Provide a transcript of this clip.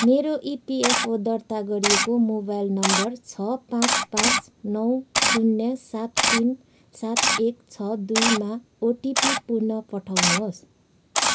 मेरो इपिएफओ दर्ता गरिएको मोबाइल नम्बर छ पाँच पाँच नौ शून्य सात तिन सात एक छ दुईमा ओटिपी पुन पठाउनुहोस्